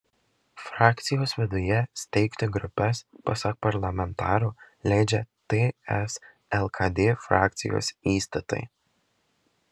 frakcijos viduje steigti grupes pasak parlamentaro leidžia ts lkd frakcijos įstatai